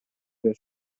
del